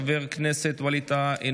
חבר הכנסת ווליד טאהא,